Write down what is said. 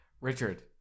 Richard